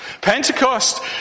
Pentecost